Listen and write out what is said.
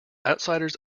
outsiders